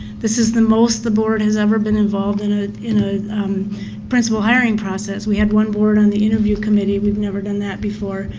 this is the most the board has ever been involved in ah in a principal hiring process. we had one board on the interview committee, we've never done that before.